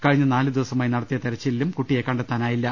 കഴിഞ്ഞ നാലുദിവസമായി നടത്തിയ തെരച്ചിലിലും കുട്ടിയെ കണ്ടെ ത്താനായില്ല